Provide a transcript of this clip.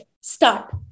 start